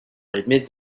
amid